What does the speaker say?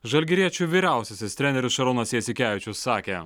žalgiriečių vyriausiasis treneris šarūnas jasikevičius sakė